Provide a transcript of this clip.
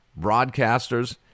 broadcasters –